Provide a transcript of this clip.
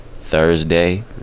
Thursday